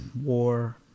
war